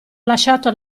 lasciato